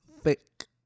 thick